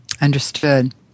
understood